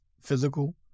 physical